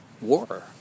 war